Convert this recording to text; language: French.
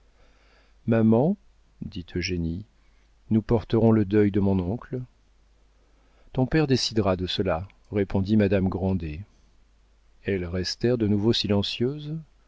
maman dit eugénie nous porterons le deuil de mon oncle ton père décidera de cela répondit madame grandet elles restèrent de nouveau silencieuses